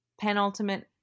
penultimate